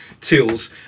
tools